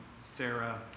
Sarah